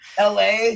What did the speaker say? LA